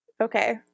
Okay